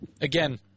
again